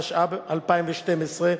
התשע"ב 2012,